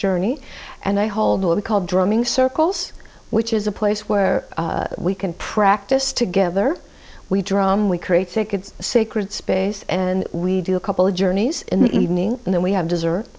journey and i hold what we call drumming circles which is a place where we can practice together we drum we create sic it's a sacred space and we do a couple of journeys in the evening and then we have dessert